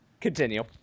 Continue